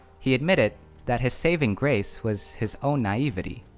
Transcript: he admitted that his saving grace was his own naivety.